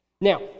Now